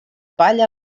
palla